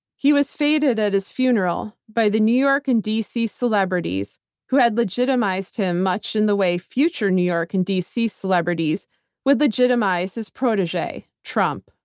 he was feted at his funeral by the new york and dc celebrities who had legitimized him much in the way future new york and dc celebrities would legitimize his protege, trump.